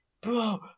bro